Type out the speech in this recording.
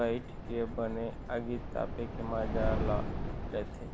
बइठ के बने आगी तापे के मजा ल लेथे